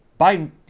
Biden